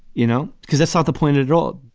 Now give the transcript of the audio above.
you know, because that's not the point at all.